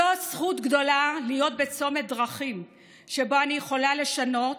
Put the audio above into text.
זו זכות גדולה להיות בצומת דרכים שבו אני יכולה לשנות